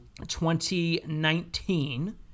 2019